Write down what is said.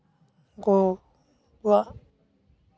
ᱩᱱᱠᱩᱣᱟᱜ